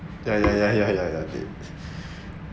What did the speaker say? ya ya ya ya ya ya